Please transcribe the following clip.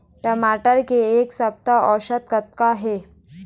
टमाटर के एक सप्ता औसत कतका हे?